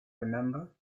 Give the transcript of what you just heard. remember